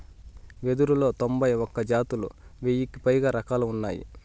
వెదురులో తొంభై ఒక్క జాతులు, వెయ్యికి పైగా రకాలు ఉన్నాయి